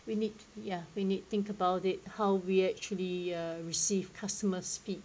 we need ya we need to think about it how we actually uh received customers feed